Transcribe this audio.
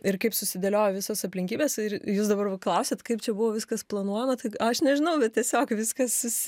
ir kaip susidėliojo visos aplinkybės ir jūs dabar klausiat kaip čia buvo viskas planuojama tai aš nežinau tiesiog viskas